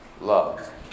love